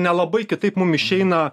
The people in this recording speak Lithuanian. nelabai kitaip mum išeina